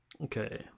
Okay